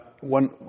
one